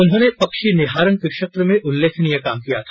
उन्होंने ने पक्षी निहारन के क्षेत्र में उल्लेखनीय काम किया था